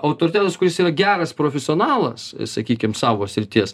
autoritetas kuris yra geras profesionalas sakykim savo srities